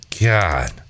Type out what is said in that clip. God